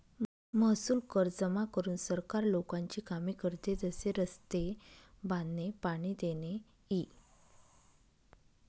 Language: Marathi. महसूल कर जमा करून सरकार लोकांची कामे करते, जसे रस्ते बांधणे, पाणी देणे इ